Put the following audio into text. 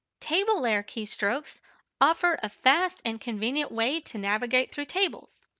table layer keystrokes offer a fast and convenient way to navigate through tables.